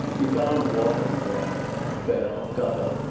he found water and drank it, fell, got up,